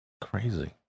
Crazy